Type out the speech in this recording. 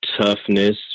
toughness